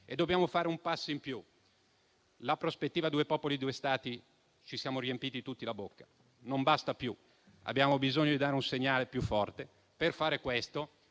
e dobbiamo fare un passo in più. Della prospettiva di due popoli, due Stati ci siamo riempiti tutti la bocca. Non basta più: abbiamo bisogno di dare un segnale più forte. Per fare questo,